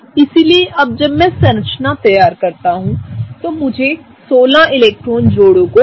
इसलिए अब जब मैं संरचना तैयार करता हूं तो मुझे 16 इलेक्ट्रॉन जोड़े को अणु में भरना होगा